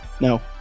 No